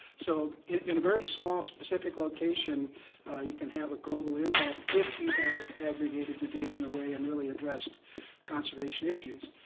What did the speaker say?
so in a very small specific location you can have a global impact if you have aggregated the data in a way and really addressed conservation issues.